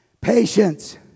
patience